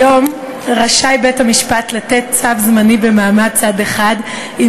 היום רשאי בית-המשפט לתת צו זמני במעמד צד אחד אם